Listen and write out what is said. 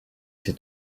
ces